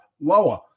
lower